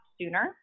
sooner